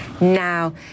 now